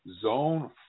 Zone